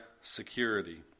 security